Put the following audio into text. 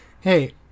hey